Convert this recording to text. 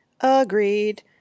Agreed